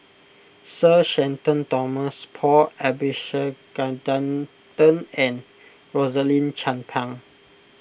Sir Shenton Thomas Paul Abisheganaden and Rosaline Chan Pang